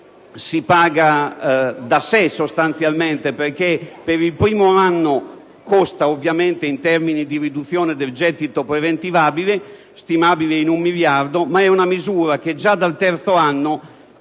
si paga da sé, perché per il primo anno costa, ovviamente in termini di riduzione del gettito preventivabile, circa un miliardo, ma è una misura che già dal terzo anno